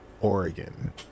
Oregon